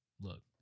look